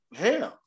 hell